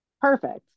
perfect